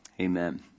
amen